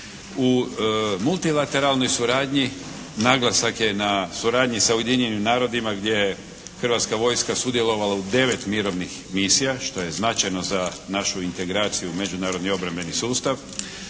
U multilateralnoj suradnji naglasak je na suradnji sa Ujedinjenim narodima gdje je Hrvatska vojska sudjelovala u 9 mirovnih misija, što je značajno za našu integraciju međunarodni obrambeni sustav.